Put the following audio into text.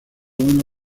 una